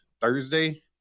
Thursday